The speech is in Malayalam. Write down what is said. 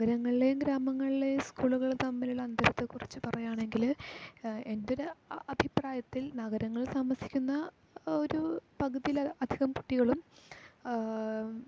നഗരങ്ങളിലെയും ഗ്രാമങ്ങളിലെയും സ്കൂളുകൾ തമ്മിലുള്ള അന്തരത്തെക്കുറിച്ച് പറയുകയാണെങ്കിൽ എൻറ്റൊരു അഭിപ്രായത്തിൽ നഗരങ്ങളിൽ താമസിക്കുന്ന ഒരു പകുതിയിൽ അധികം കുട്ടികളും